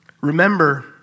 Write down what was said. Remember